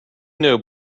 know